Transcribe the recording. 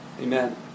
Amen